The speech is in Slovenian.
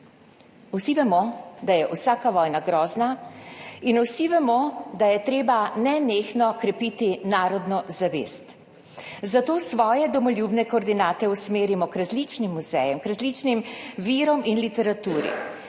Vsi vemo, da je vsaka vojna grozna in vsi vemo, da je treba nenehno krepiti narodno zavest, zato svoje domoljubne koordinate usmerimo k različnim muzejem, k različnim virom in literaturi.